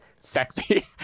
sexy